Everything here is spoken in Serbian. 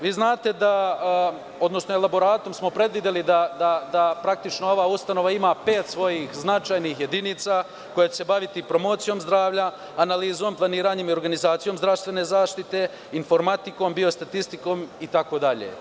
Vi znate da, odnosno elaboratom smo predvideli da praktično ova ustanova ima pet svojih značajnih jedinica koja će se baviti promocijom zdravlja, analizom, planiranjem, organizacijom zdravstvene zaštite, informatikom, biostatistikom itd.